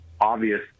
Obvious